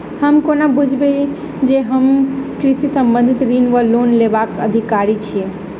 हम कोना बुझबै जे हम कृषि संबंधित ऋण वा लोन लेबाक अधिकारी छी?